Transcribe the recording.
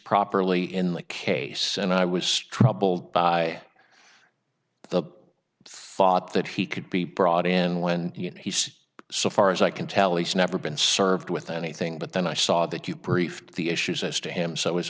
properly in the case and i was troubled by the thought that he could be brought in when he's so far as i can tell he's never been served with anything but then i saw that you briefed the issues as to him so it